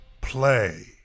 play